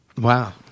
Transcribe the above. wow